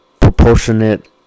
proportionate